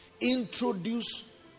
Introduce